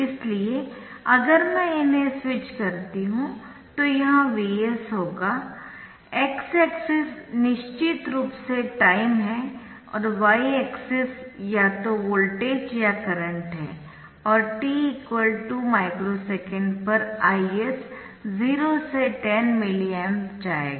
इसलिए अगर मैं इन्हें स्केच करती हूं तो यह Vs होगा X एक्सिस निश्चित रूप से टाइम है और Y एक्सिस या तो वोल्टेज या करंट है और t 2 माइक्रो सेकेंड पर Is 0 से 10 मिली एम्प जाएगा